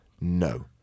no